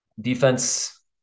Defense